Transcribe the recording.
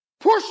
push